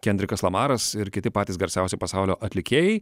kendrikas lamaras ir kiti patys garsiausi pasaulio atlikėjai